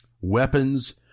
weapons